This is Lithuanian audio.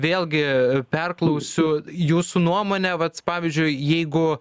vėlgi perklausiu jūsų nuomone vat pavyzdžiui jeigu